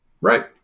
Right